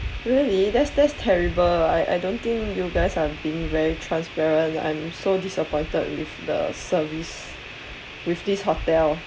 really that's that's terrible I I don't think you guys are being very transparent I'm so disappointed with the service with this hotel